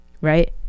right